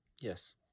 Yes